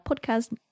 podcast